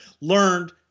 learned